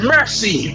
Mercy